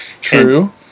True